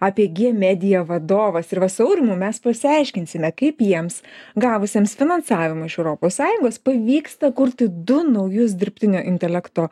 apg media vadovas ir va su aurimu mes pasiaiškinsime kaip jiems gavusiems finansavimą iš europos sąjungos pavyksta kurti du naujus dirbtinio intelekto